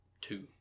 two